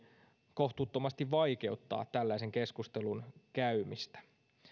kohtuuttomasti vaikeuttaa tällaisen keskustelun käymistä